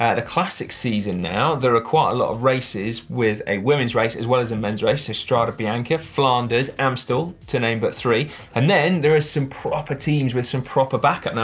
the classic season now, there are quite a lot of races with a women's race as well as a men's race. there's strada bianche, flanders, amstel, to name but three, and then there are some proper teams with some proper back up now,